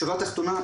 שורה תחתונה,